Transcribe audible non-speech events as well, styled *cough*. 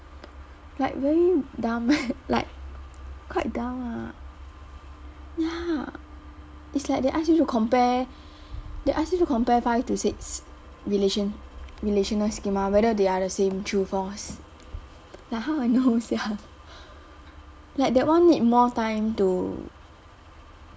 like very dumb *laughs* like quite dumb ah ya it's like they ask you to compare they ask you to compare five to six relation relational schema whether they are the same true force like how I know sia like that one need more time to